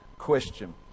Question